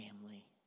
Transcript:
family